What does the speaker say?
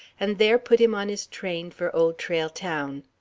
and there put him on his train for old trail town.